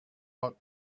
hot